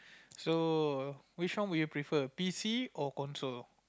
so which one would you prefer P_C or console